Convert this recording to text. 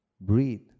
Breathe